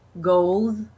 goals